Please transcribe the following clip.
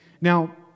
Now